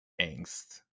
angst